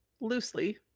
loosely